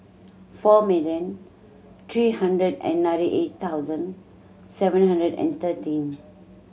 four million three hundred and ninety eight thousand seven hundred and thirteen